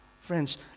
Friends